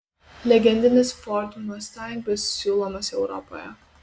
legendinis ford mustang bus siūlomas europoje